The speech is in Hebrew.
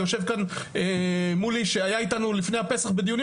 יושב איתנו מולי שהיה איתנו לפני פסח בדיונים